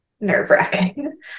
nerve-wracking